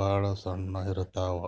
ಭಾಳ್ ಸಣ್ಣು ಇರ್ತವ್